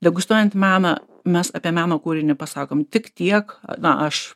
degustuojant meną mes apie meno kūrinį pasakom tik tiek na aš